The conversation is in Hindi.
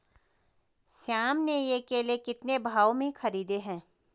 श्याम ने ये केले कितने भाव में खरीदे हैं?